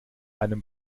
einem